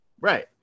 right